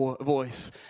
voice